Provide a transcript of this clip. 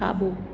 खाॿो